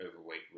overweight